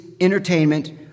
entertainment